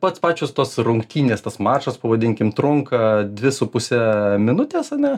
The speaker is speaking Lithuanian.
pats pačios tos rungtynės tas mačas pavadinkim trunka dvi su puse minutės ane